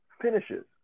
finishes